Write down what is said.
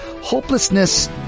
Hopelessness